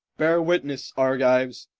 bear witness, argives,